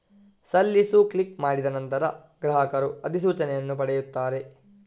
ಸಲ್ಲಿಸು ಕ್ಲಿಕ್ ಮಾಡಿದ ನಂತರ, ಗ್ರಾಹಕರು ಅಧಿಸೂಚನೆಯನ್ನು ಪಡೆಯುತ್ತಾರೆ